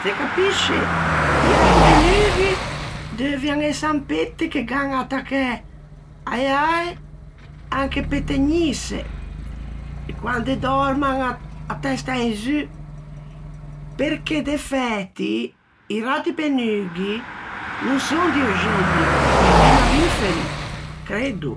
Se capisce, i rattipennughi deuvian e sampette che gh'an attaccæ a-e ae anche pe tegnîse quande dòrman à testa in zu, perché de fæti i rattipennughi no son di öxelli, ma di mammiferi, creddo,